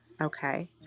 okay